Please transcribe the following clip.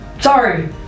Sorry